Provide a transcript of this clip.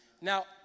Now